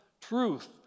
truth